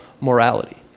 morality